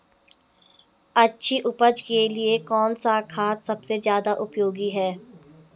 अच्छी उपज के लिए कौन सा खाद सबसे ज़्यादा उपयोगी है?